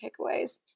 takeaways